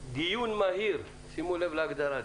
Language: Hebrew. דיון מהיר שימו לב להגדרה.